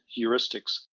heuristics